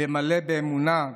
למלא באמונה,